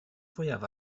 fwyaf